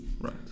Right